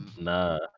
Nah